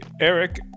Eric